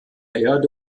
erde